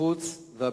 החוץ והביטחון.